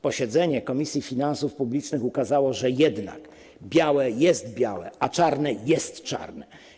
Posiedzenie Komisji Finansów Publicznych pokazało, że jednak białe jest białe, a czarne jest czarne.